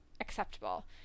acceptable